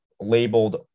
labeled